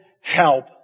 help